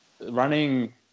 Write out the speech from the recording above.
running